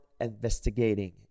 investigating